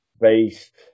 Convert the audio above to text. based